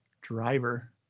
driver